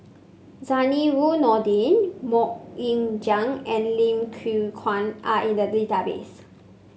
Zainudin Nordin MoK Ying Jang and Lim Yew Kuan are in the database